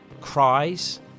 cries